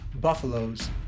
buffaloes